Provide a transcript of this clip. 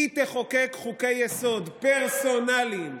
היא תחוקק חוקי-יסוד פרסונליים,